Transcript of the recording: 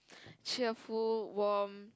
cheerful warm